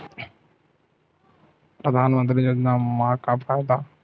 परधानमंतरी योजना म का फायदा?